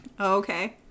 Okay